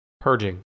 purging